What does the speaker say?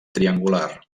triangular